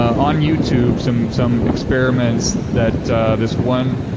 on youtube, some some experiments that this one